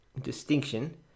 distinction